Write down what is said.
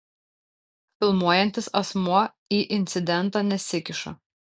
filmuojantis asmuo į incidentą nesikiša